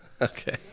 okay